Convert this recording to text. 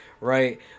right